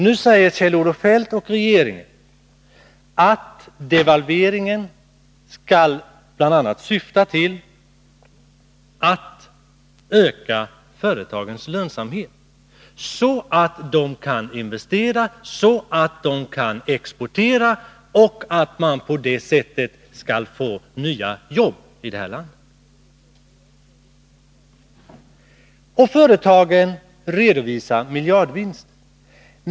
Nu säger Kjell-Olof Feldt och regeringen att devalveringen bl.a. skall syfta till att öka företagens lönsamhet, så att de kan investera och exportera, och att vi på det sättet skall få nya jobb i detta land. Och företagen redovisar miljardvinster.